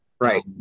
Right